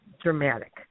Dramatic